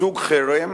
לסוג חרם